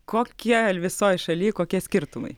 kokie visoj šaly kokie skirtumai